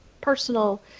personal